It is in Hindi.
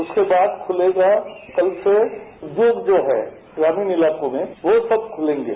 उसके बाद खुलेगा कल से दुग्ध जो है ग्रामीण इलाकों में वो सब खुलेंगे